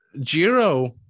Jiro